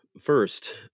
first